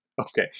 Okay